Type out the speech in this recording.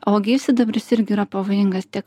o gyvsidabris irgi yra pavojingas tiek